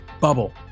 bubble